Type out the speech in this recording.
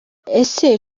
ese